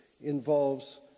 involves